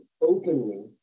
openly